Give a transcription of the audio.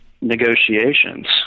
negotiations